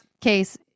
case